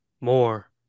more